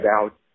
out